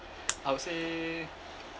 I would say